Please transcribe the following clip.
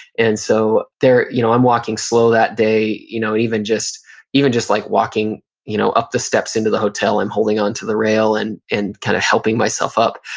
and so you know i'm walking slow that day you know even just even just like walking you know up the steps into the hotel, i'm holding onto the rail and and kind of helping myself up.